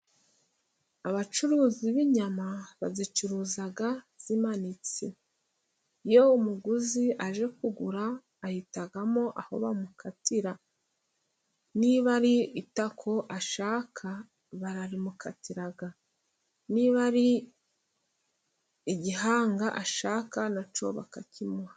Abacuruzi b'inyama bazicuruza zimanitse. Iyo umuguzi aje kugura，ahitamo aho bamukatira. Niba ari itako ashaka bararimukatira，niba ari igihanga ashaka na cyo bakakimuha.